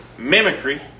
Mimicry